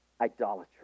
Idolatry